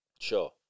Sure